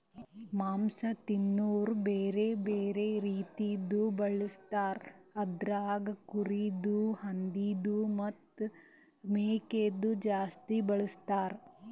ಮಾಂಸ ತಿನೋರು ಬ್ಯಾರೆ ಬ್ಯಾರೆ ರೀತಿದು ಬಳಸ್ತಾರ್ ಅದುರಾಗ್ ಕುರಿದು, ಹಂದಿದು ಮತ್ತ್ ಮೇಕೆದು ಜಾಸ್ತಿ ಬಳಸ್ತಾರ್